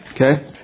Okay